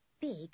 Big